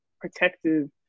protective